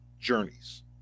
journeys